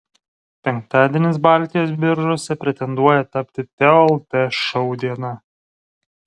penktadienis baltijos biržose pretenduoja tapti teo lt šou diena